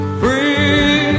free